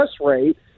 rate